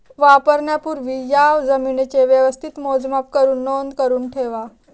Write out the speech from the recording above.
वापरण्यापूर्वी या जमीनेचे व्यवस्थित मोजमाप करुन नोंद करुन ठेवा